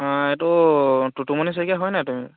এইটো টুটুমণি শইকীয়া হয় নাই তুমি